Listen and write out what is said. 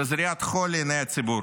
בעיני הציבור.